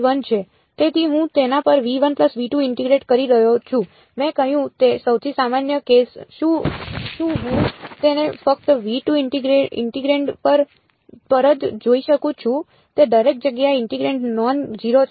તેથી હું તેના પર ઇન્ટીગ્રેટ કરી રહ્યો છું જે મેં કહ્યું તે સૌથી સામાન્ય કેસ શું હું તેને ફક્ત ઇન્ટિગ્રેન્ડ પર જ જોઈ શકું છું તે દરેક જગ્યાએ ઇન્ટિગ્રેન્ડ નોન ઝીરો છે